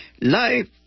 life